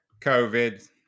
covid